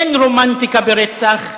אין רומנטיקה בְּרצח.